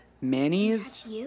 Manny's